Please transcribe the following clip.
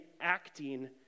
acting